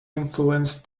influenced